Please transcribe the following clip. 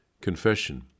Confession